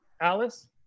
Alice